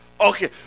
Okay